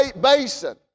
basin